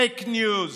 פייק ניוז.